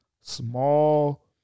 small